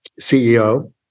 ceo